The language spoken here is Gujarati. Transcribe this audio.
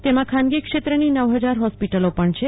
તેમાં ખાનગી ક્ષેત્રની નવ ફજાર હોસ્પિટલો પણ છે